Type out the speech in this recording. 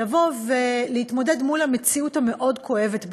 לבוא ולהתמודד מול המציאות המאוד-כואבת בעיניים.